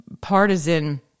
partisan